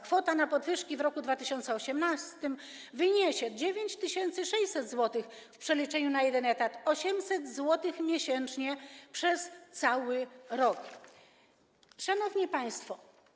Kwota na podwyżki w roku 2018 wyniesie 9600 zł w przeliczeniu na jeden etat, 800 zł miesięcznie przez cały rok. Szanowni Państwo!